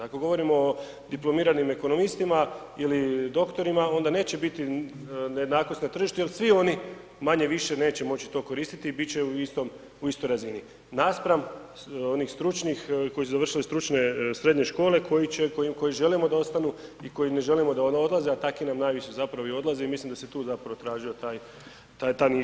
Dakle govorimo o diplomiranim ekonomistima ili doktorima onda neće biti nejednakosti na tržištu jel svi oni manje-više neće moći to koristiti i bit će u istoj razini, naspram onih stručnih koji su završili stručne srednje škole koje želimo da ostanu i koje ne želimo da odlaze, a takvi nam najviše zapravo i odlaze i mislim da se tu zapravo tražio ta niša sa tim reformama.